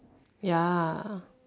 ya